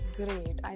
great